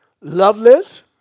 loveless